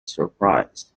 surprise